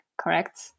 correct